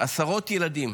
עשרות ילדים